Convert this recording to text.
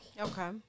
Okay